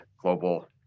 global